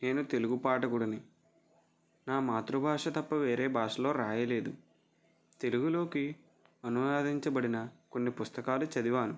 నేను తెలుగు పాఠకుడిని నా మాతృభాష తప్ప వేరే భాషలో రాయలేదు తెలుగులోకి అనువాదించబడిన కొన్ని పుస్తకాలు చదివాను